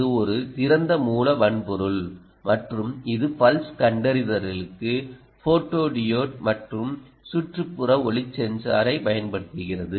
இது ஒரு திறந்த மூல வன்பொருள் மற்றும் இது பல்ஸ் கண்டறிதலுக்கு ஃபோட்டோடியோட் மற்றும் சுற்றுப்புற ஒளி சென்சாரை பயன்படுத்துகிறது